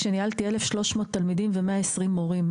כשניהלתי 1,300 תלמידים ו-120 מורים.